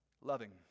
Loving